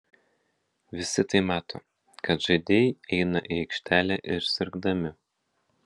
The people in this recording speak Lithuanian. visi tai mato kad žaidėjai eina į aikštelę ir sirgdami